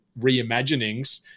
reimaginings